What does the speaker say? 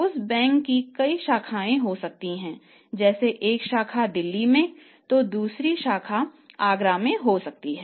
उस बैंक की कई शाखाएं हो सकतीं है जैसे एक शाखा दिल्ली में तो दूसरी आगरा में हो सकती है